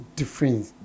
difference